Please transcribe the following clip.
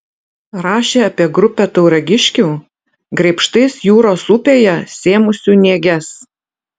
rašė apie grupę tauragiškių graibštais jūros upėje sėmusių nėges